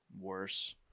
worse